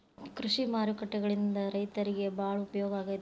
ಕೃಷಿ ಮಾರುಕಟ್ಟೆಗಳಿಂದ ರೈತರಿಗೆ ಬಾಳ ಉಪಯೋಗ ಆಗೆತಿ